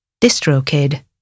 DistroKid